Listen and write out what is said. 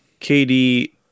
KD